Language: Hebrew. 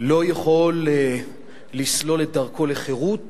לא יכול לסלול את דרכו לחירות